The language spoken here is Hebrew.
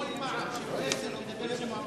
בכל פעם שחבר הכנסת פלסנר מדבר בשם האופוזיציה,